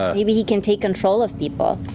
maybe he can take control of people.